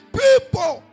people